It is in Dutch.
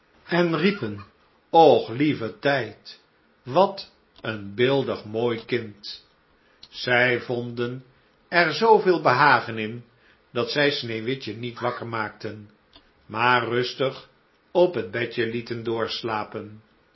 en riepen och lieve tijd wat een beeldig mooi kind zij vonden er zooveel behagen in dat zij sneeuwwitje niet wakker maakten maar rustig op het bedje lieten doorslapen